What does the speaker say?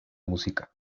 música